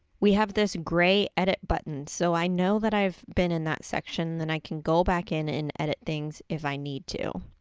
we have this gray edit button. so, i know that i've been in that section and i can go back in and edit things if i need to.